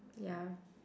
ya